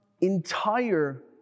entire